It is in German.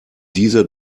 dieser